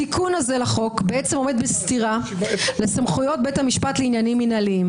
התיקון הזה לחוק עומד בסתירה לסמכויות בית המשפט לעניינים מינהליים.